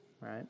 right